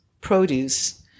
produce